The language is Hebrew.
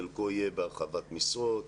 חלק יהיה בהרחבת משרות.